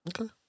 Okay